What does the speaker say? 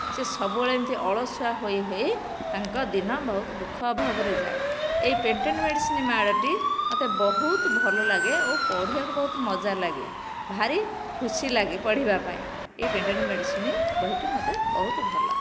ସେ ସବୁବେଳେ ଏମିତି ଅଳସୁଆ ହୋଇ ହୋଇ ତାଙ୍କ ଦିନ ବହୁତ ଦୁଃଖ ଅଭାବରେ ଯାଏ ଏଇ ପେଟେଣ୍ଟ ମେଡ଼ିସିନ ମାଡ଼ଟି ମୋତେ ବହୁତ ଭଲ ଲାଗେ ଓ ପଢ଼ିବାକୁ ବହୁତ ମଜା ଲାଗେ ଭାରି ଖୁସି ଲାଗେ ପଢ଼ିବା ପାଇଁ ଏ ପେଟେଣ୍ଟ ମେଡ଼ିସିନ ବହିଟି ମୋତେ ବହୁତ ଭଲ